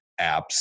apps